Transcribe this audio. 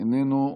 איננו,